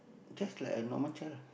just like a normal child